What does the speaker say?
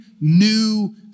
new